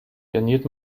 garniert